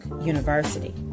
University